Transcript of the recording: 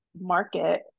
market